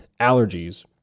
allergies